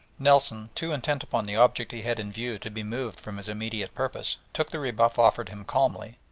nelson, too intent upon the object he had in view to be moved from his immediate purpose, took the rebuff offered him calmly,